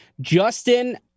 Justin